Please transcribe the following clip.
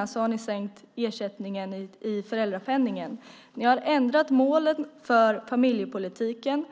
också sänkt ersättningen i föräldrapenningen genom att ändra beräkningsgrunderna. Ni har ändrat målen för familjepolitiken.